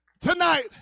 tonight